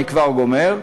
אני כבר גומר,